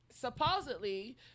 Supposedly